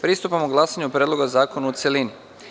Pristupamo glasanju o Predlogu zakona u celini.